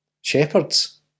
Shepherds